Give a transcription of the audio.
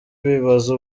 bibaza